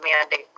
mandate